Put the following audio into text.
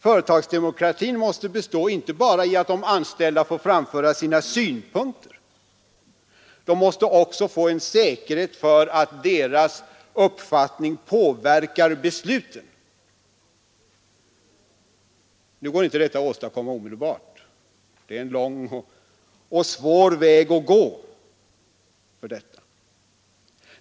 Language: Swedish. Företagsdemokratin måste bestå inte bara i att de anställda får framföra sina synpunkter, utan de måste också få en garanti för att deras uppfattning påverkar besluten. Nu går inte detta att åstadkomma omedelbart. Det är en lång och svår väg att gå.